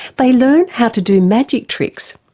they learn how to do magic tricks,